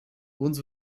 uns